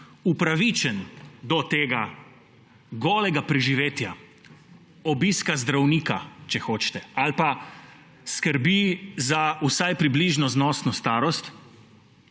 upravičen do tega golega preživetja, obiska zdravnika, če hočete, ali pa skrbi za vsaj približno znosno starost,